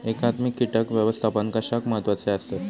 एकात्मिक कीटक व्यवस्थापन कशाक महत्वाचे आसत?